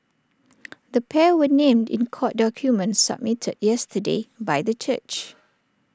the pair were named in court documents submitted yesterday by the church